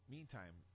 Meantime